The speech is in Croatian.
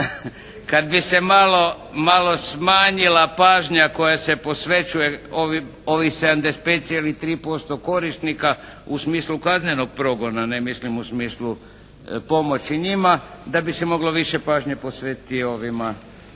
kad bi se malo smanjila pažnja koja se posvećuje ovih 75,3% korisnika u smislu kaznenog progona, ne mislim u smislu pomoći njima, da bi se moglo više pažnje posvetiti i ovima